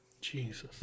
Jesus